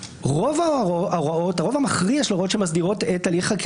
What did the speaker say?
הרוב המכריע של ההוראות שמסדירות את הליך החקיקה,